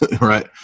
right